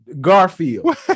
Garfield